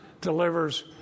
delivers